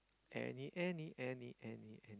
any any any